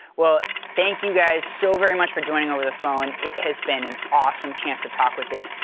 well, thank you guys so very much for joining over the phone. it has been an awesome chance to talk with this.